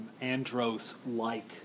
andros-like